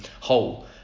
whole